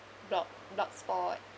blog blogspot